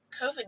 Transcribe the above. Covid